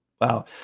wow